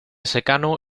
secano